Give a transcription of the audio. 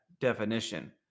definition